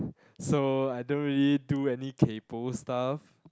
so I don't really do any kaypoh stuff